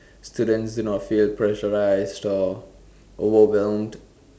students do not feel pressurized or overwhelmed